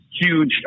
huge